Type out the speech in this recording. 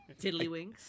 tiddlywinks